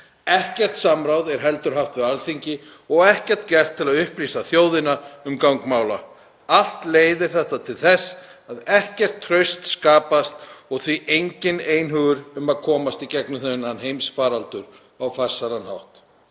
Ekkert samráð er heldur haft við Alþingi og ekkert gert til að upplýsa þjóðina um gang mála. Allt leiðir þetta til þess að ekkert traust skapast og því enginn einhugur um að komast í gegnum þennan heimsfaraldur á farsælan hátt.